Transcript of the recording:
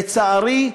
לצערי,